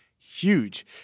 Huge